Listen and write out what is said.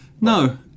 No